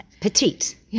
petite